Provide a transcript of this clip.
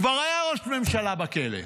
כבר היה ראש ממשלה בכלא.